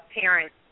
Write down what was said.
parents